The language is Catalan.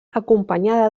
acompanyada